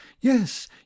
yes